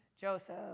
Joseph